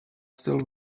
still